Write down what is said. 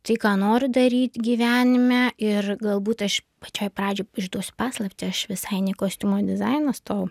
tai ką noriu daryt gyvenime ir galbūt aš pačioj pradžioj išduosiu paslaptį aš visai ne į kostiumo dizainą stojau